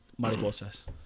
Mariposas